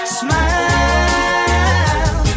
smile